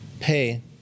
pay